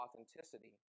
authenticity